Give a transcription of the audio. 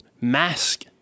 mask